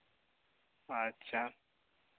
ᱟᱪᱪᱷᱟ